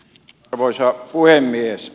arvoisa puhemies